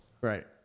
Right